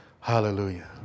hallelujah